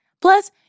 Plus